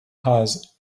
has